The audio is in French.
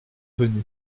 venu